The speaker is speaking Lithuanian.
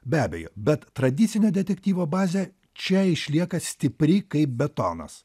be abejo bet tradicinė detektyvo bazė čia išlieka stipri kaip betonas